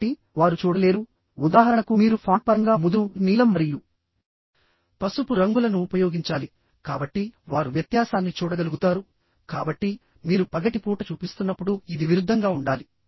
కాబట్టి వారు చూడలేరు ఉదాహరణకు మీరు ఫాంట్ పరంగా ముదురు నీలం మరియు పసుపు రంగులను ఉపయోగించాలికాబట్టి వారు వ్యత్యాసాన్ని చూడగలుగుతారుకాబట్టి మీరు పగటిపూట చూపిస్తున్నప్పుడు ఇది విరుద్ధంగా ఉండాలి